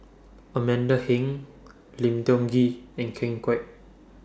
Amanda Heng Lim Tiong Ghee and Ken Kwek